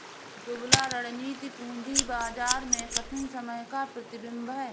दुबला रणनीति पूंजी बाजार में कठिन समय का प्रतिबिंब है